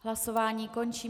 Hlasování končím.